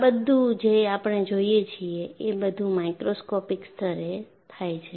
આ બધું જે આપણે જોઈએ છીએ એ બધું માઇક્રોસ્કોપિક સ્તરે થાય છે